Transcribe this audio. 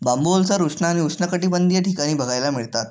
बांबू ओलसर, उष्ण आणि उष्णकटिबंधीय ठिकाणी बघायला मिळतात